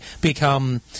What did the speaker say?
become –